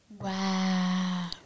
Wow